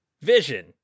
vision